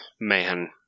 man